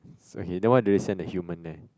so he that one they send the human length